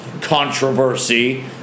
controversy